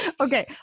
Okay